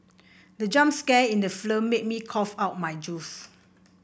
the jump scare in the film made me cough out my juice